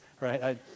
right